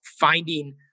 finding